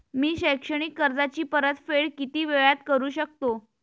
मी शैक्षणिक कर्जाची परतफेड किती वेळात करू शकतो